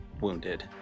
wounded